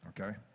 Okay